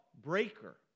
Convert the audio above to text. breaker